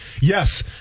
Yes